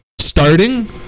starting